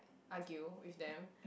argue with them